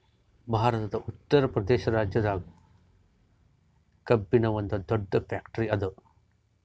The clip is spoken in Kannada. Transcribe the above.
ಭಾರತದ್ ಉತ್ತರ್ ಪ್ರದೇಶ್ ರಾಜ್ಯದಾಗ್ ಕಬ್ಬಿನ್ದ್ ಒಂದ್ ದೊಡ್ಡ್ ಫ್ಯಾಕ್ಟರಿ ಅದಾ